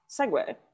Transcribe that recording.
segue